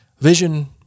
Vision